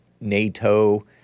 NATO